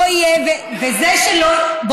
אומרת לך חד וחלק שלא יהיה יותר, וזה, אוקיי.